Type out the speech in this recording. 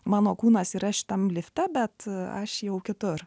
mano kūnas yra šitam lifte bet aš jau kitur